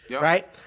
right